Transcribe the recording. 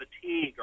fatigue